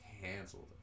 canceled